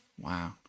Wow